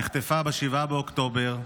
שנחטפה ב-7 באוקטובר.